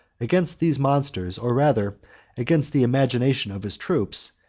against these monsters, or rather against the imagination of his troops,